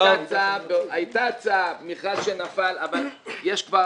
הייתה הצעה, מכרז שנפל, אבל יש כבר